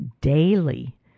daily